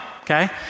okay